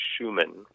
Schumann